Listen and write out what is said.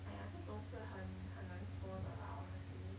!aiya! 这种事很很难说的 lah honestly